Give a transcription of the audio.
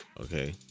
Okay